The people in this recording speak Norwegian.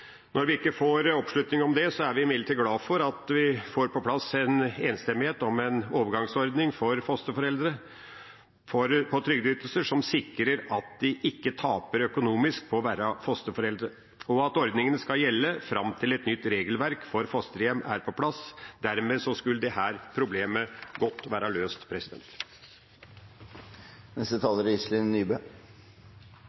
Når vi ikke får oppslutning om det, er vi imidlertid glad for at vi får på plass en enstemmighet om en overgangsordning for fosterforeldre på trygdeytelser som sikrer at de ikke taper økonomisk på å være fosterforeldre, og at ordningen skal gjelde fram til et nytt regelverk om fosterhjem er på plass. Dermed skulle dette problemet være godt løst.